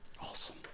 awesome